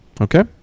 okay